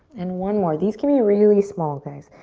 and one more. these can be really small, guys.